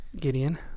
Gideon